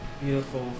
beautiful